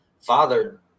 father